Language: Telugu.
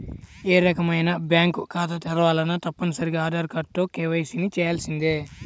ఏ రకమైన బ్యేంకు ఖాతా తెరవాలన్నా తప్పనిసరిగా ఆధార్ కార్డుతో కేవైసీని చెయ్యించాల్సిందే